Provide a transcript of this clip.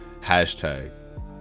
hashtag